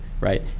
right